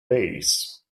base